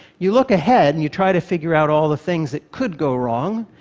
you look ahead and you try to figure out all the things that could go wrong,